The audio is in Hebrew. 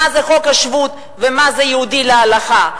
מה זה חוק השבות ומה זה יהודי להלכה.